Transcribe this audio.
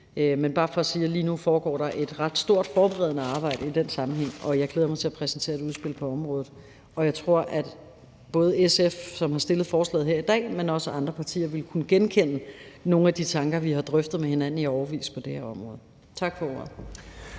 vi er klar til det. Lige nu foregår der et ret stort forberedende arbejde i den sammenhæng, og jeg glæder mig til at præsentere et udspil på området. Jeg tror, at både SF, som har fremsat forslaget her i dag, men også andre partier vil kunne genkende nogle af de tanker, vi har drøftet med hinanden i årevis på det her område. Tak for ordet.